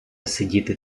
сидіти